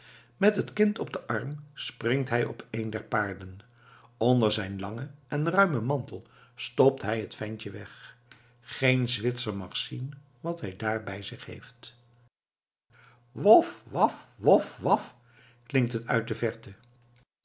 met het kind op den arm springt hij op een der paarden onder zijn langen en ruimen mantel stopt hij het ventje weg geen zwitser mag zien wat hij daar bij zich heeft wof waf wof waf klinkt het uit de verte